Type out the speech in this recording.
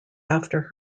after